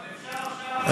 אבל אפשר עכשיו, רגע,